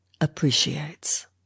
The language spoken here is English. appreciates